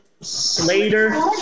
Slater